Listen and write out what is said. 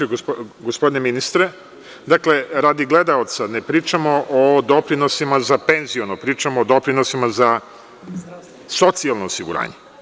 Gospodine ministre, radi gledaoca, ne pričamo o doprinosima za penziono, pričamo o doprinosima za socijalno osiguranje.